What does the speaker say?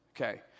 Okay